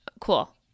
Cool